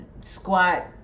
squat